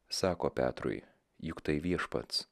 sako petrui juk tai viešpats